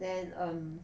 then um